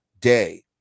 day